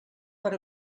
per